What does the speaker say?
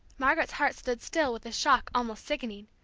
margaret's heart stood still with a shock almost sickening,